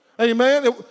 Amen